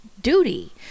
duty